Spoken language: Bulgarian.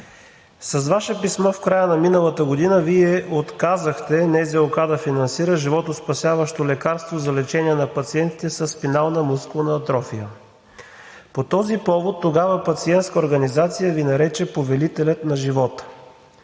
с Ваше писмо в края на миналата година Вие отказахте НЗОК да финансира животоспасяващо лекарство за лечение на пациентите със спинална мускулна атрофия. По този повод тогава пациентска организация Ви нарече „повелителят на живота“.